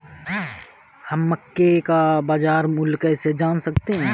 हम मक्के का बाजार मूल्य कैसे जान सकते हैं?